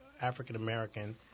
African-American